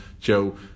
Joe